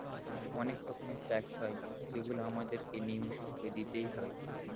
অনেক রকমের ট্যাক্স হয় যেগুলো আমাদের কে নিয়মিত ভাবে দিতেই হয়